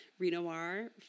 Renoir